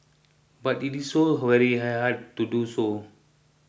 but it is so very hard hard to do so